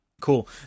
cool